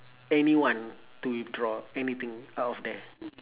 anyone to withdraw anything out of there